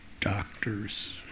doctors